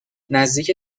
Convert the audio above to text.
نزدیک